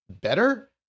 better